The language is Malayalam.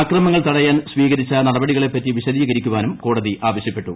അക്രമങ്ങൾ തടയാൻ സ്വീകരിച്ച നടപടികളെപ്പറ്റി വിശദീകരിക്കാനും കോടതി ആവശ്യപ്പെട്ടു